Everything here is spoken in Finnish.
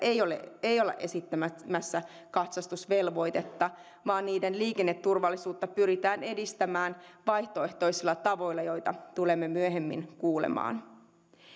ei olla esittämässä katsastusvelvoitetta vaan niiden liikenneturvallisuutta pyritään edistämään vaihtoehtoisilla tavoilla joita tulemme myöhemmin kuulemaan